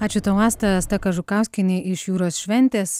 ačiū tau asta asta kažukauskienė iš jūros šventės